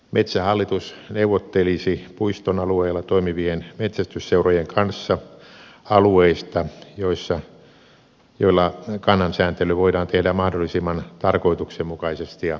metsähallitus neuvottelisi puiston alueella toimivien metsästysseurojen kanssa alueista joilla kannansääntely voidaan tehdä mahdollisimman tarkoituksenmukaisesti ja turvallisesti